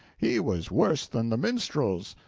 he was worse than the minstrels,